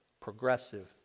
progressive